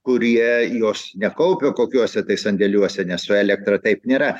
kurie jos nekaupia kokiuose tai sandėliuose nes su elektra taip nėra